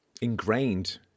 ingrained